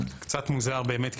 קצת מוזר באמת,